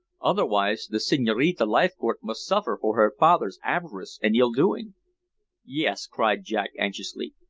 otherwise the signorina leithcourt must suffer for her father's avarice and evil-doing. yes, cried jack anxiously.